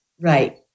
Right